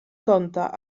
kąta